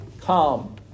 come